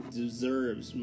deserves